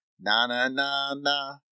Na-na-na-na